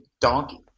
Donkey